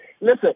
Listen